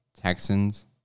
Texans